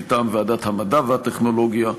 מטעם ועדת המדע והטכנולוגיה,